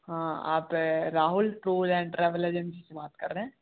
हाँ आप है Rahul tour and travel agency से बात कर रहें